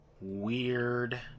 Weird